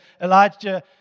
Elijah